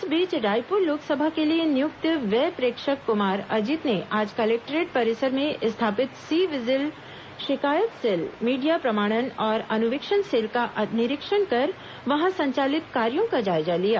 इस बीच रायपुर लोकसभा के लिए नियुक्त व्यय प्रेक्षक कुमार अजीत ने आज कलेक्टोरेट परिसर में स्थापित सी विजिल शिकायत सेल मीडिया प्रमाणन और अनुवीक्षण सेल का निरीक्षण कर वहां संचालित कार्यो का जायजा लिया